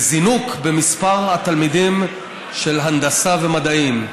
וזינוק במספר התלמידים של הנדסה ומדעים.